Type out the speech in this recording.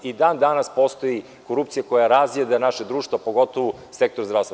I dan-danas postoji korupcija koja razjeda naše društvo, pogotovo u sektoru zdravstva.